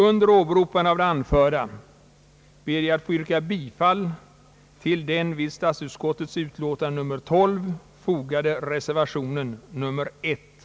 Under åberopande av det anförda ber jag att få yrka bifall till den vid statsutskottets utlåtande nr 12 fogade reservationen a.